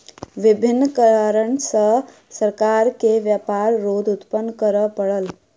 विभिन्न कारण सॅ सरकार के व्यापार रोध उत्पन्न करअ पड़ल